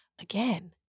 Again